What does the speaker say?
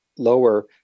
lower